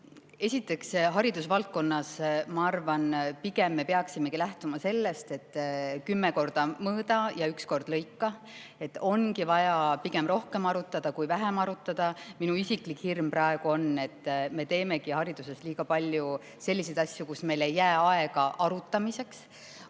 Esiteks, haridusvaldkonnas, ma arvan, me peaksimegi pigem lähtuma sellest, et kümme korda mõõda ja üks kord lõika. Ongi vaja pigem rohkem arutada, kui vähem arutada. Minu isiklik hirm praegu on, et me teeme hariduses liiga palju selliseid asju, mille arutamiseks